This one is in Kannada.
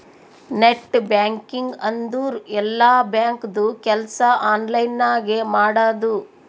ನೆಟ್ ಬ್ಯಾಂಕಿಂಗ್ ಅಂದುರ್ ಎಲ್ಲಾ ಬ್ಯಾಂಕ್ದು ಕೆಲ್ಸಾ ಆನ್ಲೈನ್ ನಾಗೆ ಮಾಡದು